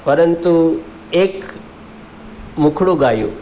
પરંતુ એક મુખડું ગાયું